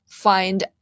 find